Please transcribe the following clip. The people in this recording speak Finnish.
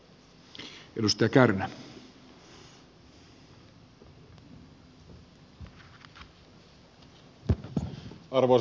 arvoisa puhemies